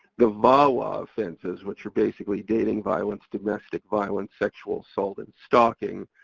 the vawa offenses, which are basically dating violence, domestic violence, sexual assault and stalking.